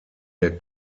der